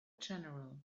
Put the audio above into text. general